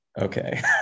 Okay